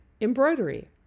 Embroidery